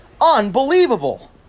Unbelievable